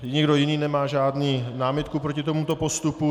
Nikdo jiný nemá žádnou námitku proti tomuto postupu?